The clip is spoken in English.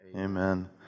Amen